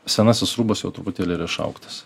senasis rūbas jau truputėlį yra išaugtas